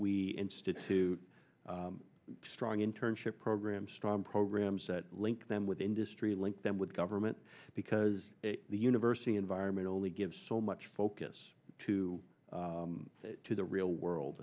we institute strong internship programs strong programs that link them with industry link them with government because the university environment only gives so much focus to to the real world